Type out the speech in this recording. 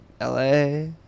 LA